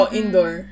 indoor